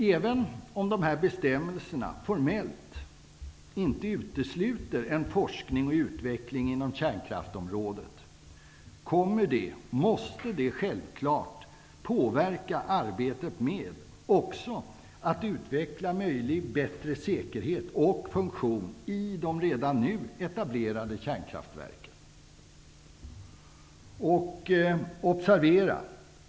Även om dessa bestämmelser formellt inte utesluter forskning och utveckling inom kärnkraftsområdet, måste de självklart påverka arbetet också med att utveckla möjlig bättre säkerhet och funktion i de redan nu etablerade kärnkraftverken. Observera!